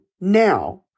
Now